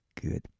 good